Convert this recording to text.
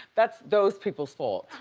that's those people's fault.